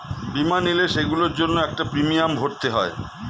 বীমা নিলে, সেগুলোর জন্য একটা প্রিমিয়াম ভরতে হয়